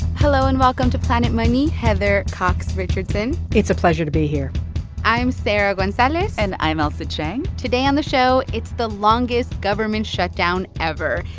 hello. and welcome to planet money, heather cox richardson it's a pleasure to be here i'm sarah gonzalez and i'm ailsa chang today on the show, it's the longest government shutdown ever.